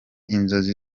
inzozi